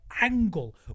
angle